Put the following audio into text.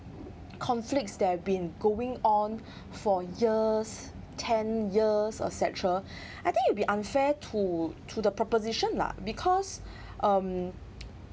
conflicts they have been going on for years ten years et cetera I think it'll be unfair to to the preposition lah because um